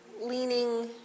leaning